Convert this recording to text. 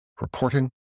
reporting